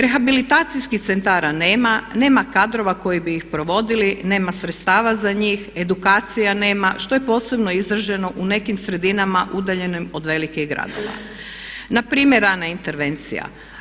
Rehabilitacijskih centara nema, nema kadrova koji bi ih provodili, nema sredstava za njih, edukacija nema, što je posebno izraženo u nekim sredinama udaljenim od velikih gradova, na primjer rana intervencija.